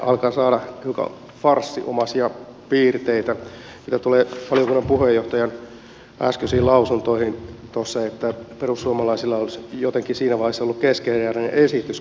tämän asian käsittely alkaa saada hiukan farssinomaisia piirteitä mitä tulee valiokunnan puheenjohtajan äskeisiin lausuntoihin että perussuomalaisilla olisi jotenkin siinä vaiheessa ollut keskeneräinen esitys kun siitä on äänestetty